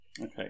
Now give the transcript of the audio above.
okay